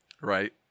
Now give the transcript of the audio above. right